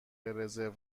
رزرو